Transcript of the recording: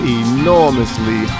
enormously